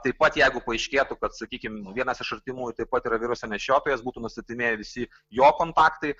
taip pat jeigu paaiškėtų kad sakykim vienas iš artimųjų taip pat yra viruso nešiotojas būtų nustatinėję visi jo kontaktai